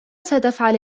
ستفعل